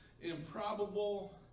improbable